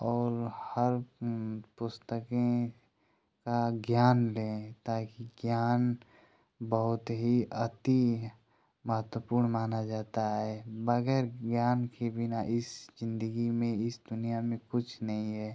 और हर पुस्तकें का ज्ञान लें ताकि ज्ञान बहुत ही अति महत्वपूर्ण माना जाता है बगैर ज्ञान के बिना इस ज़िन्दगी में इस दुनिया में कुछ नहीं है